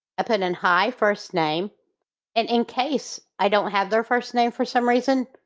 i put in and hi, first name and in case i don't have their first name for some reason,